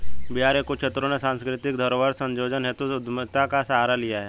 बिहार के कुछ छात्रों ने सांस्कृतिक धरोहर संजोने हेतु उद्यमिता का सहारा लिया है